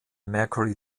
mercury